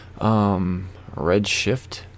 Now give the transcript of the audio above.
Redshift